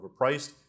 overpriced